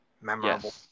Memorable